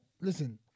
Listen